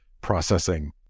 processing